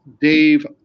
Dave